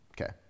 Okay